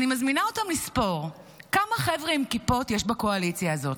אני מזמינה אותם לספור כמה חבר'ה עם כיפות יש בקואליציה הזאת,